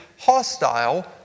hostile